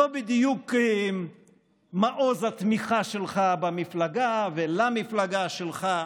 שהם לא בדיוק מעוז התמיכה שלך במפלגה או למפלגה שלך.